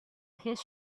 his